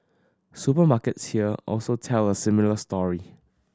supermarkets here also tell a similar story